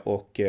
Och